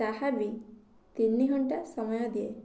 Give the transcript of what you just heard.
ତାହା ବି ତିନିଘଣ୍ଟା ସମୟ ଦିଏ